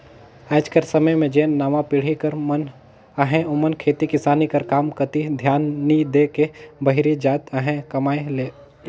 आएज कर समे में जेन नावा पीढ़ी कर मन अहें ओमन खेती किसानी कर काम कती धियान नी दे के बाहिरे जात अहें कमाए ले